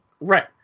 Right